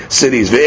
cities